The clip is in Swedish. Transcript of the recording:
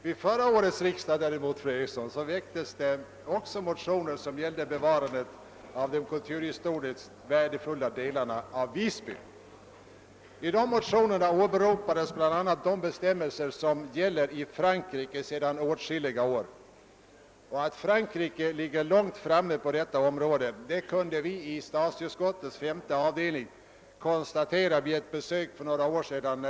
Vid förra årets riksdag väcktes det däremot, fru Eriksson, motioner om bevarande av de kulturhistoriskt värdefulla delarna av Visby. I dessa motioner åberopades bl.a. de bestämmelser som gäller i Frankrike sedan åtskilliga år tillbaka. Att Frankrike ligger långt före Sverige på detta område kunde vi i statsutskottets femte avdelning också konstatera vid ett besök där för några år sedan.